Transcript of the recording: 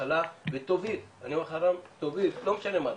התחלה שתוביל, לא משנה מה דעתך,